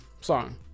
song